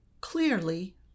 clearly